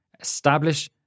Establish